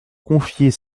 confier